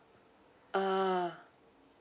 ah